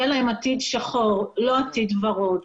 יהיה להם עתיד שחור ולא עתיד ורוד.